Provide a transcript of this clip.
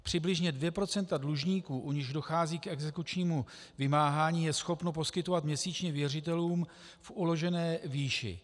Přibližně 2 % dlužníků, u nichž dochází k exekučnímu vymáhání, je schopno poskytovat měsíčně věřitelům v uložené výši.